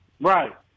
Right